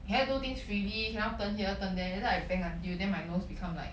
cannot do things freely cannot turn here turn there later I bang until then my nose become like